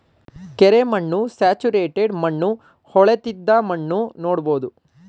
ಕೆರೆ ಮಣ್ಣು, ಸ್ಯಾಚುರೇಟೆಡ್ ಮಣ್ಣು, ಹೊಳೆತ್ತಿದ ಮಣ್ಣು ನೋಡ್ಬೋದು